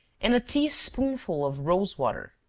and a tea-spoonful of rosewater.